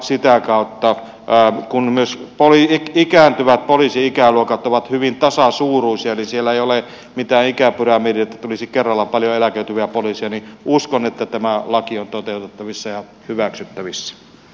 sitä kautta kun myös ikääntyvät poliisi ikäluokat ovat hyvin tasasuuruisia eli siellä ei ole mitään ikäpyramidia että tulisi kerralla paljon eläköityviä poliiseja uskon että tämä laki on toteutettavissa ja hyväksyttävissä